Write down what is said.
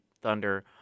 Thunder